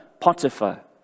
Potiphar